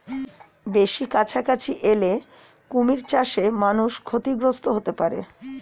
বেশি কাছাকাছি এলে কুমির চাষে মানুষ ক্ষতিগ্রস্ত হতে পারে